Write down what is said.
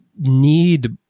need